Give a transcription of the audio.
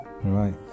Right